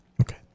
Okay